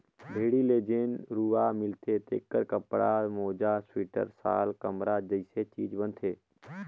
भेड़ी ले जेन रूआ मिलथे तेखर कपड़ा, मोजा सिवटर, साल, कमरा जइसे चीज बनथे